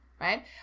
right